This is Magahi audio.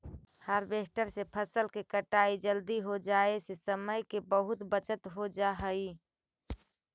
हार्वेस्टर से फसल के कटाई जल्दी हो जाई से समय के बहुत बचत हो जाऽ हई